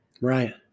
Right